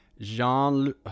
Jean